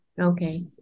Okay